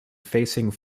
facing